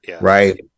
Right